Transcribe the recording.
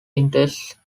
intense